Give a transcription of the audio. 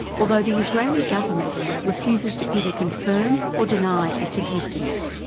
although the israeli government refuses to either confirm or deny its existence.